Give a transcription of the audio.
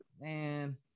Man